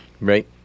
Right